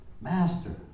Master